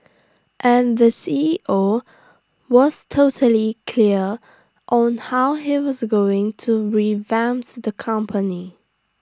and the C E O was totally clear on how he was going to revamps the company